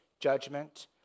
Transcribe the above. judgment